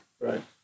Right